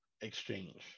exchange